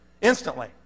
instantly